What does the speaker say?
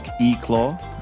e-claw